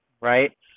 right